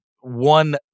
one